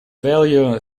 value